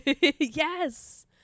yes